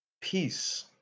peace